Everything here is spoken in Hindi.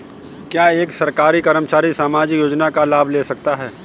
क्या एक सरकारी कर्मचारी सामाजिक योजना का लाभ ले सकता है?